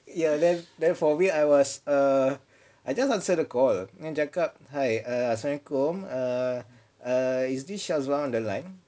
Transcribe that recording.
ya ya then for me I was err I just answer the call then cakap hi err assalamualaikum err err is this shazwan on the line